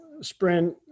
sprint